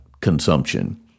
consumption